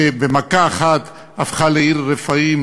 שבמכה אחת הפכה לעיר רפאים,